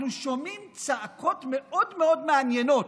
אנחנו שומעים צעקות מאוד מאוד מעניינות.